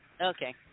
Okay